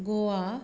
Goa